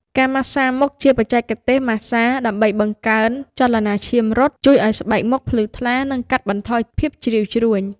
ការម៉ាស្សាមុខ ជាបច្ចេកទេសម៉ាស្សា ដើម្បីបង្កើនចលនាឈាមរត់ ជួយឱ្យស្បែកមុខភ្លឺថ្លា និងកាត់បន្ថយភាពជ្រីវជ្រួញ។